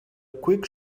quick